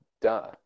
duh